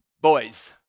boys